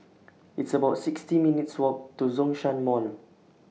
It's about sixty minutes' Walk to Zhongshan Mall